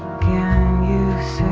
can use